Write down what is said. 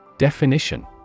Definition